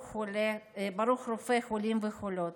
ברוך רופא חולים וחולות.